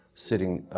sitting,